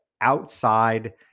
outside